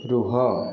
ରୁହ